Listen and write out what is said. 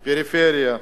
פריפריה,